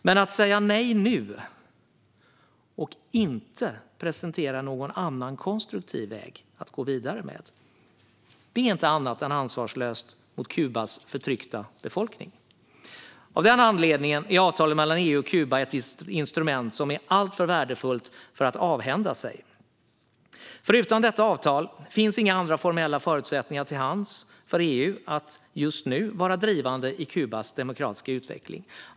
Men att säga nej nu och inte presentera någon annan konstruktiv väg att gå vidare är inget annat än ansvarslöst mot Kubas förtryckta befolkning. Av denna anledning är avtalet mellan EU och Kuba ett instrument som är alltför värdefullt för att avhända sig. Utan detta avtal finns inga andra formella förutsättningar till hands för EU att vara drivande i Kubas demokratiska utveckling.